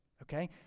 okay